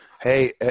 Hey